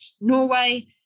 Norway